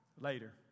Later